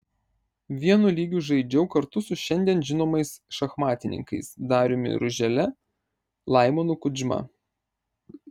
vienu lygiu žaidžiau kartu su šiandien žinomais šachmatininkais dariumi ružele laimonu kudžma